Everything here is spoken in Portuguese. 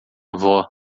avó